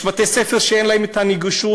יש בתי-ספר שאין להם נגישות,